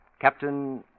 Captain